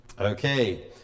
Okay